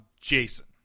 Jason